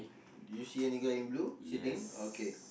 do you see any guy in blue sitting okay